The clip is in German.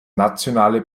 nationale